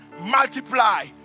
multiply